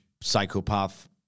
psychopath